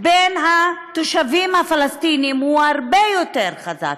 בין התושבים הפלסטינים הוא הרבה יותר חזק.